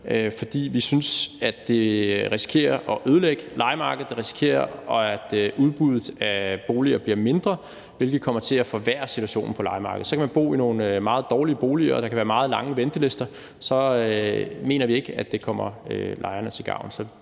fordi vi synes, at det risikerer at ødelægge lejemarkedet, og det risikerer at medføre, at udbuddet af boliger bliver mindre, hvilket kommer til at forværre situationen på lejemarkedet. Så kan man bo i nogle meget dårlige boliger, og der kan være meget lange ventelister, og så mener vi ikke, at det kommer lejerne til gavn.